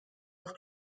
auf